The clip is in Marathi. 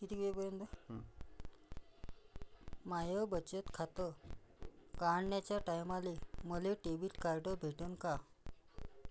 माय बचत खातं काढाच्या टायमाले मले डेबिट कार्ड भेटन का?